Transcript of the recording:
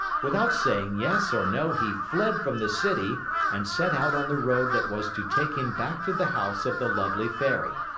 without saying yes or no, he fled from the city and set out on the road that was to take him back to the house of the lovely fairy.